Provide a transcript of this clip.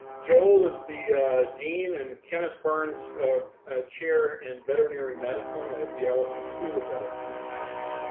joel is the dean and kenneth burns chair in veterinary medicine at the lsu school of veterinary medicine.